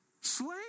slave